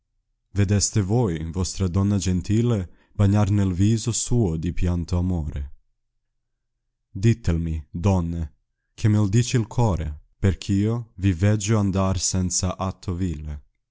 vedeste toi vostra donna gentile bagnar nel viso suo di pianto amore ditelmi donne che mei dice il core perch io vi veggio andar senza atto vile